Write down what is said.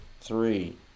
Three